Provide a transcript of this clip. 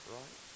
right